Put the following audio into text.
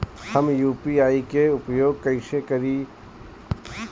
हम यू.पी.आई के उपयोग कइसे करी?